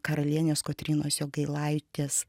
karalienės kotrynos jogailaitės